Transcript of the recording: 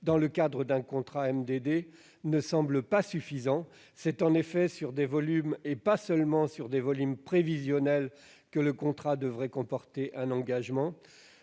dans le cadre d'un contrat MDD ne semble pas suffisant. C'est en effet sur des volumes réels, et pas seulement sur des volumes prévisionnels, que le contrat devrait comporter un engagement.